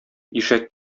ишәк